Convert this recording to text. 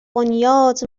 بنیاد